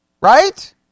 Right